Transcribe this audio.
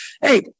Hey